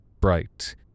Bright